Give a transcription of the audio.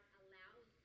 allows